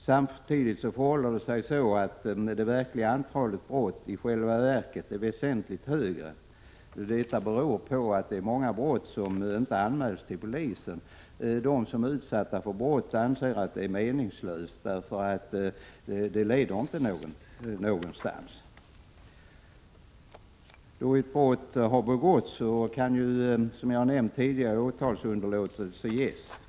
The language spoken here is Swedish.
Samtidigt förhåller det sig så att det verkliga antalet brott i själva verket är väsentligt större. Detta beror på att många brott inte anmäls till polisen. De som blir utsatta för brott anser att det är meningslöst eftersom det ändå inte leder någonstans. Då ett brott har begåtts kan, som jag nämnde tidigare, åtalsunderlåtelse ges.